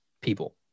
people